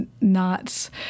knots